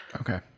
Okay